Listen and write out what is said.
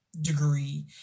degree